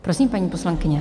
Prosím, paní poslankyně.